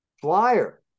flyer